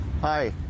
Hi